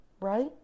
right